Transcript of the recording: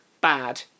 bad